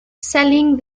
selling